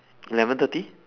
eleven thirty